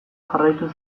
jarraitu